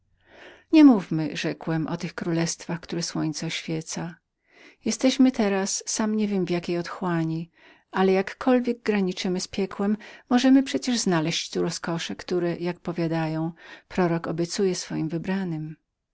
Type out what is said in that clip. nie mówmy rzekłem o tych królestwach które słońce oświeca jesteśmy teraz w sam niewiem jakiej otchłani ale jakkolwiek graniczymy z piekłem możemy przecie znaleźć tu rozkosze które powiadają że prorok obiecuje swoim wybranym